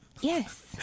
Yes